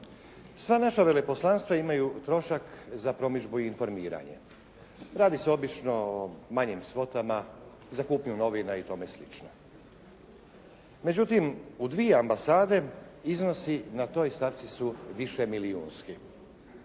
Sva naša veleposlanstva imaju trošak za provedbu informiranja. Radi se obično o manjim svotama za kupnju novina i tome slično. Međutim, u dvije ambasade iznosi na toj stavci su višemilijunski.